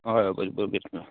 हय हय बरें